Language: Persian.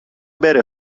بره